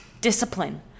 discipline